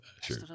Sure